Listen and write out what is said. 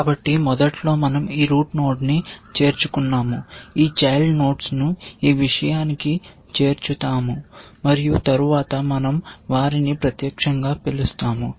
కాబట్టి మొదట్లో మన০ ఈ రూట్ నోడ్ న్ని చేర్చుకున్నాము ఈ చైల్డ్ నోడ్స్ ను ఈ విషయానికి చేర్చుతాము మరియు తరువాత మన০ వారిని ప్రత్యక్షంగా పిలుస్తాము